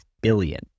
billion